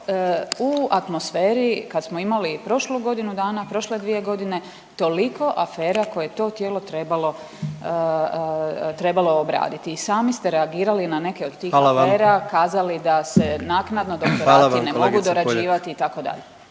u atmosferi kad smo imali prošlu godinu dana, prošle dvije godine toliko afera koje je to tijelo trebalo obraditi i sami ste reagirali na neke od tih afera .../Upadica: Hvala vam./... kazali da se naknadno doktorati ne mogu dorađivati, itd.